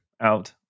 out